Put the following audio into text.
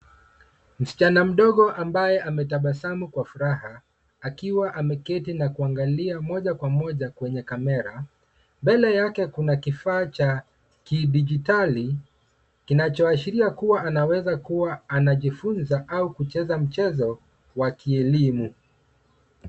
Msichana mdogo ambaye ametabasamu kwa furaha, akiwa ameketi na kuangalia moja kwa moja kwenye kamera, mbele yake kuna kifaa cha kidijitali, kinachoashiria kuwa anaweza kuwa anajifunza au kucheza mchezo wa kielimu.